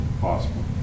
Possible